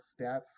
stats